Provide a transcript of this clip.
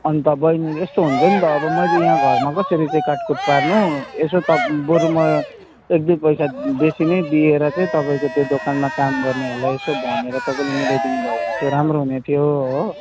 अनि त बैनी यस्तो हुन्छ नि त अब मैले यहाँ घरमा कसरी चाहिँ काटकुट पार्नु यसो तप् बरु म एकदुई पैसा बेसी नै दिएर चाहिँ तपाईँको त्यो दोकानमा काम गर्नेहरूलाई यसो भनेर तपाईँले मिलाइदिनु भयो भने चाहिँ राम्रो हुनेथियो हो